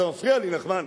אתה מפריע לי, נחמן,